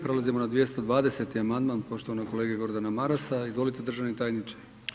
Prelazimo na 220. amandman poštovanog kolege Gordana Marasa, izvolite državni tajniče.